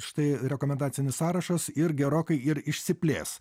štai rekomendacinis sąrašas ir gerokai ir išsiplės